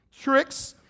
tricks